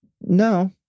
No